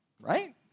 Right